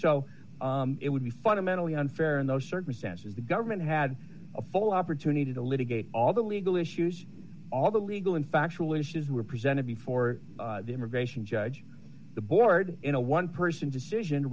so it would be fundamentally unfair in those circumstances the government had a full opportunity to litigate all the legal issues all the legal and factual issues were presented before the immigration judge the board in a one person decision